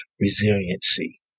resiliency